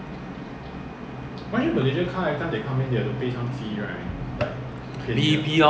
but it's just you have to pay the road tax lah mm is ya lor